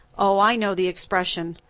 oh, i know the expression.